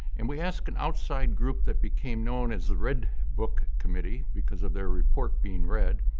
and we asked an outside group that became known as the red book committee because of their report being red,